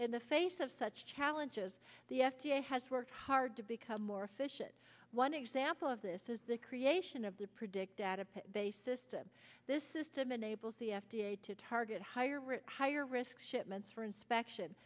in the face of such challenges the f d a has worked hard to become more efficient one example of this is the creation of the predict database system this system enables the f d a to target higher higher risk shipments for inspection